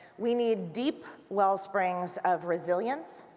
we need deep wellsprings of resilience,